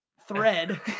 thread